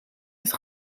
het